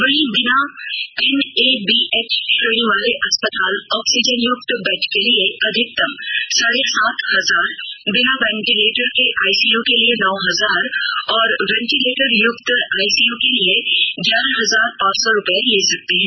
वहीं बिना एनएबीएच श्रेणी वाले अस्पताल ऑक्सीजनय्क्त बेड के लिए अधिकतम साढ़े सात हजार बिना वेंटीलेटर के आईसीय के लिए नौ हजार और वेंटीलेटरयुक्त आईसीय के लिए ग्यारह हजार पांच सौ रूपये ले सकते हैं